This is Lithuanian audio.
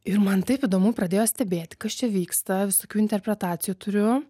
ir man taip įdomu pradėjau stebėti kas čia vyksta visokių interpretacijų turiu